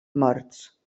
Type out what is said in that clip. morts